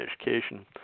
education